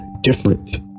different